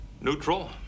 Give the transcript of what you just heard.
Neutral